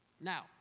Now